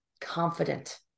confident